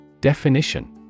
Definition